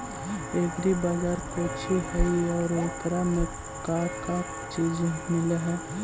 Agri बाजार कोची हई और एकरा में का का चीज मिलै हई?